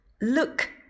Look